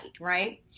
right